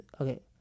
Okay